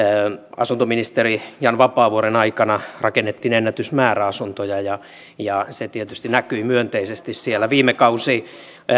asuntoministeri jan vapaavuoren aikana rakennettiin ennätysmäärä asuntoja ja ja se tietysti näkyi myönteisesti siellä viime kausi